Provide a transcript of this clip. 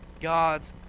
God's